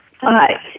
Hi